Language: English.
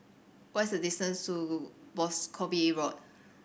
what's the distance to Boscombe Road